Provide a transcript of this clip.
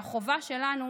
והחובה שלנו,